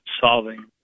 solving